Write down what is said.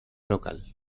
local